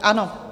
Ano.